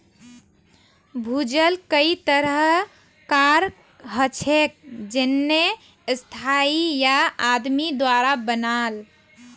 भूजल कई तरह कार हछेक जेन्ने स्थाई या आदमी द्वारा बनाल